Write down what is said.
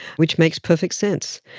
which makes perfect sense.